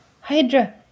Hydra